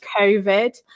COVID